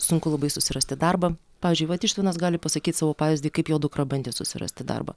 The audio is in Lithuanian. sunku labai susirasti darbą pavyzdžiui vat ištvanas gali pasakyt savo pavyzdį kaip jo dukra bandė susirasti darbą